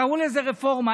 קראו לזה רפורמה,